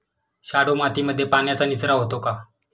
शाडू मातीमध्ये पाण्याचा निचरा होतो का?